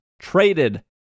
traded